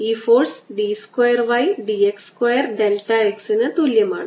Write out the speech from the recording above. ഈ force d square y d x square delta x ന് തുല്യമാണ്